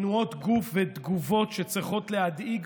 תנועות גוף ותגובות שצריכות להדאיג